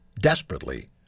desperately